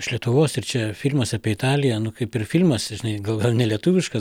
iš lietuvos ir čia filmas apie italiją nu kaip ir filmas žinai gal gal nelietuviškas